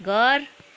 घर